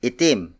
Itim